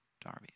Darby